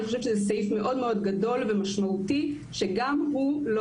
אני חושבת שזה סעיף מאוד-מאוד גדול ומשמעותי שגם הוא לא